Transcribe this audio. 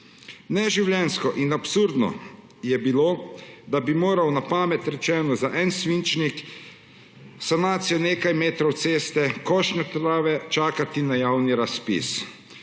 Neživljenjsko in absurdno je bilo, da bi moral, na pamet rečeno, za en svinčnik, za sanacijo nekaj metrov ceste, košnjo trave čakati na javni razpis.